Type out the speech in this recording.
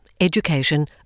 education